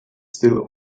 still